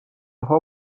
های